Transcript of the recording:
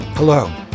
Hello